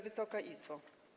Wysoka Izbo!